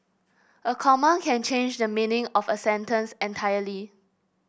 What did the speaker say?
a comma can change the meaning of a sentence entirely